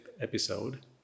episode